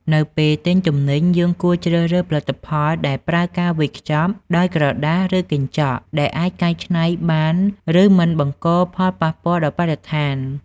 នៅពេលទិញទំនិញ យើងគួរជ្រើសរើសផលិតផលដែលប្រើការវេចខ្ចប់ដោយក្រដាស ឬកញ្ចក់ ដែលអាចកែច្នៃបាន ឬមិនបង្កផលប៉ះពាល់ដល់បរិស្ថាន។